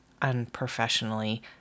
unprofessionally